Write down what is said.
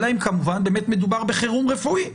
אלא אם כמובן באמת מדובר בחירום רפואי.